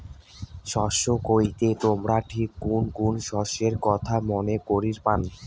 শস্য কইতে তোমরা ঠিক কুন কুন শস্যের কথা মনে করির পান?